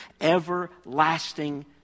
everlasting